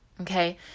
okay